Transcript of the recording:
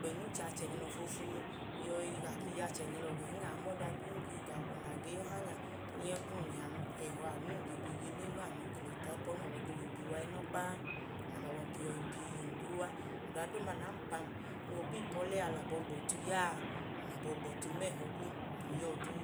Gbẹnu che achẹnyilọ foofunu, ka, o wẹ achẹnyilọ gẹn, aa ma ọda duun ge ga akwuna, ge ya ọha nya, ng ya ẹkum liyan. Ẹhọ a anu num ge le nma anu a, ge le ba ayipẹ ọlum abọ, ge le bi uwa inọkpa a. Anu nẹ ami abọhim ke yọi bi iyum duu a. Ọda duuma nẹ aọmpa m noo ba ipọlẹ a lẹ abọ gbọtu ya a, ng lẹ abọ gbọtu nma ẹhọ kum ya ọọ duu.